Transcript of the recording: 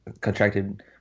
contracted